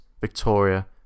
Victoria